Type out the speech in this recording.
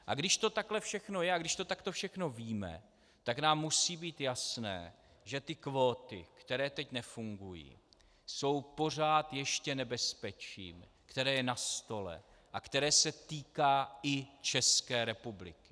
A když to takhle všechno je a když to takto všechno víme, tak nám musí být jasné, že ty kvóty, které teď nefungují, jsou pořád ještě nebezpečím, které je na stole a které se týká i České republiky.